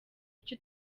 icyo